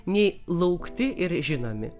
nei laukti ir žinomi